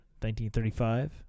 1935